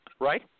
right